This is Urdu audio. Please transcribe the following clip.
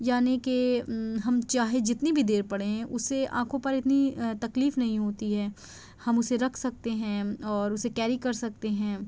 یعنی کہ ہم چاہے جتنی بھی دیر پڑھیں اسے آنکھوں پر اتنی تکلیف نہیں ہوتی ہے ہم اسے رکھ سکتے ہیں اور اسے کیری کر سکتے ہیں